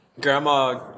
Grandma